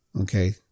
Okay